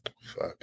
Fuck